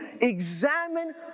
examine